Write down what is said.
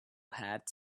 hat